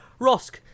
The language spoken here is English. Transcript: Rosk